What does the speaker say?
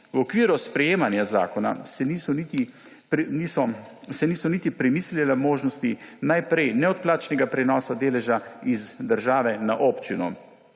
V okviru sprejemanja zakona se niso niti premislile možnosti najprej neodplačnega prenosa deleža iz države na občino,